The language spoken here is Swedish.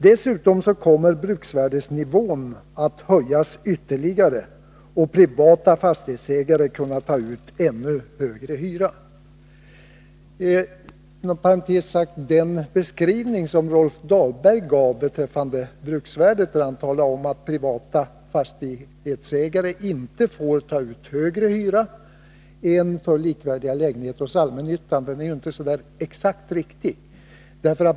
Dessutom kommer bruksvärdesnivån att höjas ytterligare och privata fastighetsägare kunna ta ut ännu högre hyra. Inom parentes sagt: Rolf Dahlberg sade att privata fastighetsägare inte får ta ut högre hyra än den som tas ut för likvärdiga lägenheter hos allmännyttan. Det är inte helt riktigt.